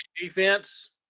defense